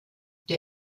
der